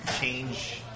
change